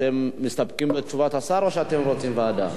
אתם מסתפקים בתשובת השר או רוצים ועדה?